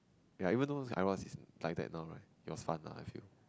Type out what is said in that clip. ya even though is like that now it was fun lah I feel